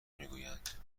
میگویند